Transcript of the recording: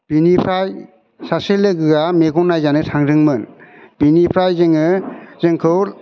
बेनिफ्राय सासे लोगोआ मेगन नायजानो थांदोंमोन बेनिफ्राय जोङो जोंखौ